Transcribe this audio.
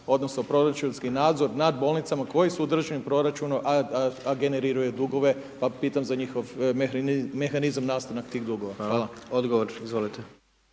odnosno, proračunski nadzor, nad bolnicama, koji su u državnom proračunu, a generiraju dugove, pa pitam za njihov mehanizam, nastanak tih dugova. Hvala. **Jandroković,